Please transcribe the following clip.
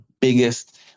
biggest